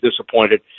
disappointed